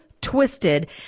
twisted